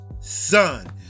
son